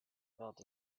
built